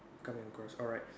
coming across alright